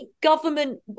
government